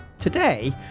Today